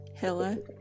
Hello